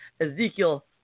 Ezekiel